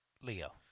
Leo